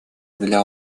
для